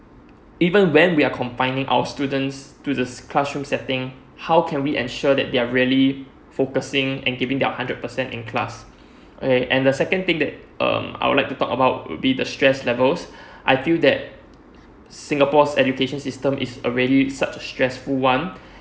even when we are confining our students to the classroom setting how can we ensure that they're really focusing and giving their hundred percent in class okay and the second thing that um I would like to talk about would be the stress levels I feel that singapore's education system is already such a stressful one